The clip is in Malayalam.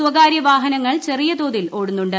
സ്വകാര്യ വാഹനങ്ങൾ ചെറിയ തോതിൽ ഓടുന്നുണ്ട്